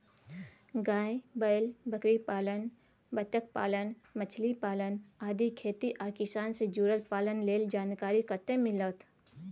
गाय, बैल, बकरीपालन, बत्तखपालन, मछलीपालन आदि खेती आ किसान से जुरल पालन लेल जानकारी कत्ते मिलत?